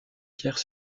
pierre